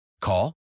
Call